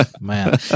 Man